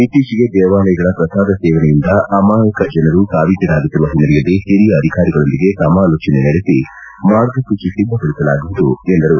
ಇತ್ತೀಚೆಗೆ ದೇವಾಲಯಗಳ ಪ್ರಸಾದ ಸೇವನೆಯಿಂದ ಅಮಾಯಕ ಜನರು ಸಾವಿಗೀಡಾಗುತ್ತಿರುವ ಹಿನ್ನೆಲೆಯಲ್ಲಿ ಹಿರಿಯ ಅಧಿಕಾರಿಗಳೊಂದಿಗೆ ಸಮಾಲೋಚನೆ ನಡೆಸಿ ಮಾರ್ಗಸೂಚಿ ಸಿದ್ದಪಡಿಸಲಾಗುವುದು ಎಂದರು